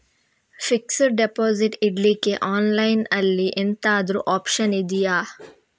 Fixed deposit ಇಡ್ಲಿಕ್ಕೆ online ಅಲ್ಲಿ ಎಂತಾದ್ರೂ ಒಪ್ಶನ್ ಇದ್ಯಾ?